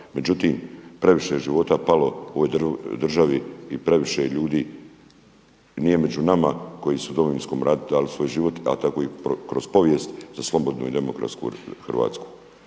Međutim, previše je života palo u ovoj državi i previše ljudi nije među nama koji su u Domovinskom ratu dali svoj život, a tako i kroz povijest za slobodnu i demokratsku Hrvatsku.